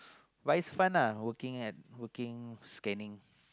but is fun uh working at working scanning